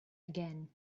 again